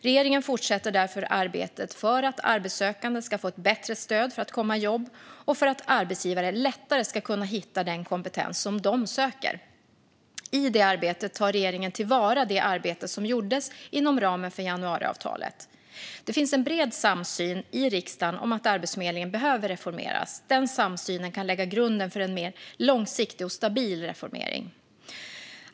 Regeringen fortsätter därför arbetet för att arbetssökande ska få ett bättre stöd för att komma i jobb och för att arbetsgivare lättare ska kunna hitta den kompetens de söker. I det arbetet tar regeringen till vara det arbete som gjordes inom ramen för januariavtalet. Det finns en bred samsyn i riksdagen om att Arbetsförmedlingen behöver reformeras. Den samsynen kan lägga grunden för en mer långsiktig och stabil reformering.